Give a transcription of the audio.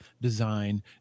design